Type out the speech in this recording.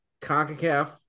CONCACAF